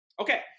Okay